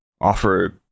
offer